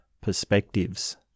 perspectives